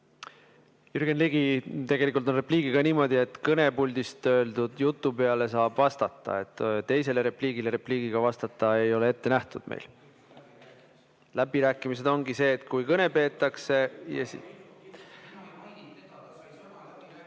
Jürgen Ligi, tegelikult on repliigiga niimoodi, et kõnepuldist öeldud jutu peale saab vastata. Teisele repliigile repliigiga vastata ei ole meil ette nähtud. Läbirääkimised ongi see, kui kõne peetakse ...